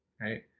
right